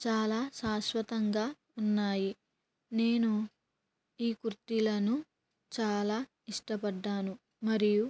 చాలా శాశ్వతంగా ఉన్నాయి నేను ఈ కుర్తీలను చాలా ఇష్టపడ్డాను మరియు